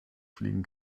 fliegen